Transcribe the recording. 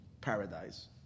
paradise